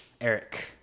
eric